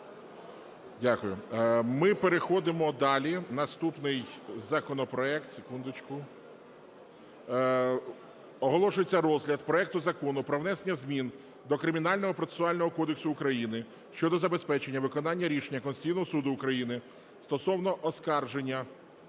Дякую. Ми переходимо далі. Наступний законопроект… Секундочку! Оголошується розгляд проекту Закону про внесення змін до Кримінального процесуального кодексу України щодо забезпечення виконання рішення Конституційного Суду України стосовно оскарження